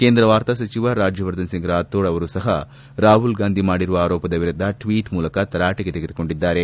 ಕೇಂದ್ರ ವಾರ್ತಾ ಸಚಿವ ರಾಜ್ಯವರ್ಧನ್ ರಾಥೋಡ್ ಅವರೂ ಸಹ ರಾಹುಲ್ ಗಾಂಧಿ ಮಾಡಿರುವ ಆರೋಪದ ವಿರುದ್ದ ಟ್ವೀಟ್ ಮೂಲಕ ತರಾಟೆಗೆ ತೆಗೆದುಕೊಂಡಿದ್ದಾರೆ